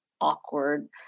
awkward